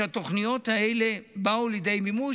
והתוכניות האלה באו לידי מימוש,